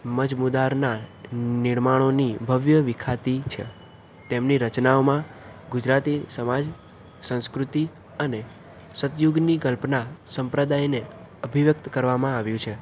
મજમુદારના નિર્માણોની ભવ્ય વિખ્યાતી છે તેમની રચનાઓમાં ગુજરાતી સમાજ સંસ્કૃતિ અને સતયુગની કલ્પના સંપ્રદાયને અભિવ્યક્ત કરવામાં આવ્યું છે